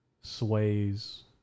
sways